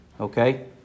okay